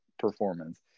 performance